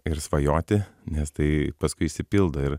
ir svajoti nes tai paskui išsipildo ir